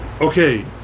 Okay